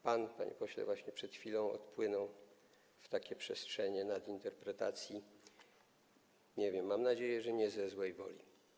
Pan właśnie przed chwilą odpłynął w takie przestrzenie nadinterpretacji - nie wiem, mam nadzieję, że nie ze złej woli.